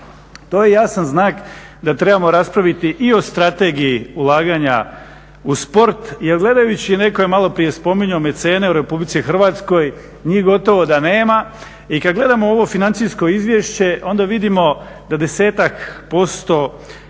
To je jasan znak da trebamo raspraviti i o Strategiji ulaganja u sport jer gledajući, netko je maloprije spominjao mecene u RH, njih gotovo da nema i kad gledamo ovo financijsko izvješće onda vidimo da 10-ak posto